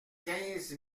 quinze